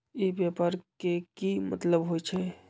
ई व्यापार के की मतलब होई छई?